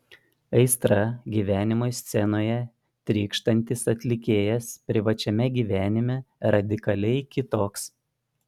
aistra gyvenimui scenoje trykštantis atlikėjas privačiame gyvenime radikaliai kitoks